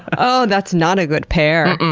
oh, that's not a good pair.